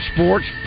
Sports